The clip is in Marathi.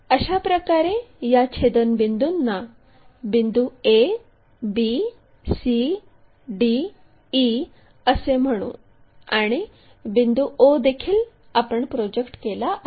अशा प्रकारे या छेदनबिंदूंना बिंदू a b c d e असे म्हणू आणि बिंदू o देखील आपण प्रोजेक्ट केला आहे